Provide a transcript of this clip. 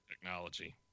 Technology